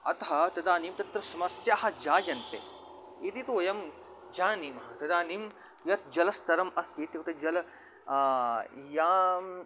अतः तदानीं तत्र समस्याः जायन्ते इति तु वयं जानीमः तदानीं यत् जलस्तरम् अस्ति इत्युक्ते जलं याम्